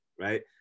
right